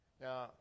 Now